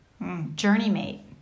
journeymate